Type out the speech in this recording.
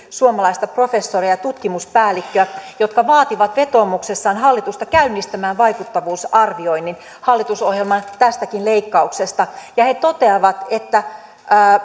suomalaista professoria ja tutkimuspäällikköä jotka vaativat vetoomuksessaan hallitusta käynnistämään vaikuttavuusarvioinnin hallitusohjelman tästäkin leikkauksesta ja he toteavat että